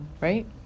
right